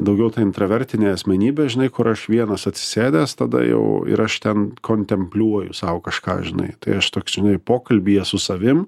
daugiau ta intravertinė asmenybė žinai kur aš vienas atsisėdęs tada jau ir aš ten kontempliuoju sau kažką žinai tai aš toksinai pokalbyje su savim